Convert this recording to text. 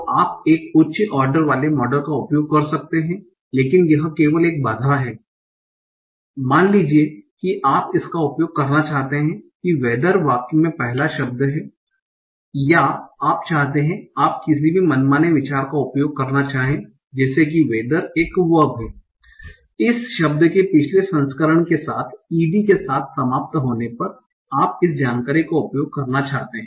तो आप एक उच्च ऑर्डर वाले मॉडल का उपयोग कर सकते हैं लेकिन यह केवल एक बाधा है मान लीजिए कि आप इसका उपयोग करना चाहते हैं कि whether वाक्य में पहला शब्द है या आप चाहते हैं कि आप किसी भी मनमाने विचार का उपयोग करना चाहें जैसे कि whether एक वर्ब है इस शब्द के पिछले संस्करण के साथ e d के साथ समाप्त होने पर आप इस जानकारी का उपयोग करना चाहते हैं